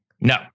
No